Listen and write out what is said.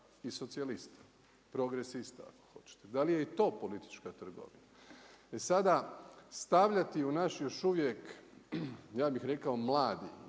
i socijalista, progresista ako hoćete. Da li je i to politička trgovina? E sada, stavljati u naš još uvijek, ja bih rekao mladi,